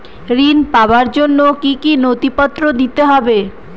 ঋণ পাবার জন্য কি কী নথিপত্র দিতে হবে?